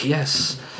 Yes